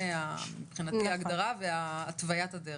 זה מבחינתי ההגדרה והתווית הדרך.